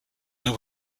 that